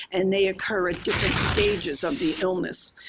and they occur at different stages of the illness.